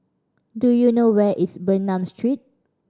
do you know where is Bernam Street